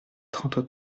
trente